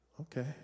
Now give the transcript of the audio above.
Okay